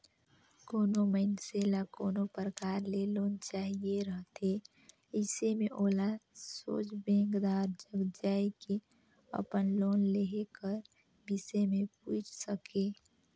कोनो मइनसे ल कोनो परकार ले लोन चाहिए रहथे अइसे में ओला सोझ बेंकदार जग जाए के अपन लोन लेहे कर बिसे में पूइछ सके